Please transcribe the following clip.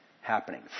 happening